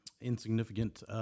insignificant